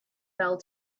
fell